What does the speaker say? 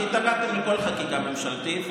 כי התנגדתם לכל חקיקה ממשלתית.